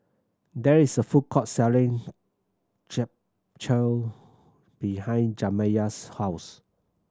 there is a food court selling Japchae behind Jamiya's house